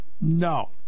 No